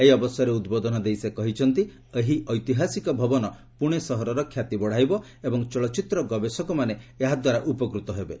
ଏହି ଅବସରରେ ଉଦ୍ବୋଧନ ଦେଇ ସେ କହିଛନ୍ତି ଏହି ଐତିହାସିକ ଭବନ ପୁନେ ସହରର ଖ୍ୟାତି ବଢାଇବ ଏବଂ ଚଳଚ୍ଚିତ୍ର ଗବେଷକମାନେ ଏହାଦ୍ୱାରା ଉପକୃତ ହେବେ